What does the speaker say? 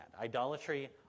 Idolatry